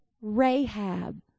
Rahab